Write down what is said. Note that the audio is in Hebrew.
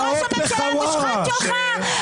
על ראש הממשלה המושחת שלך?